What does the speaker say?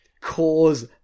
Cause